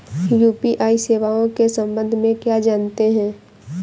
UPI सेवाओं के संबंध में क्या जानते हैं?